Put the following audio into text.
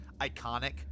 iconic